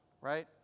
right